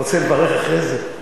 אתה רוצה לברך אחרי זה?